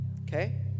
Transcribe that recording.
okay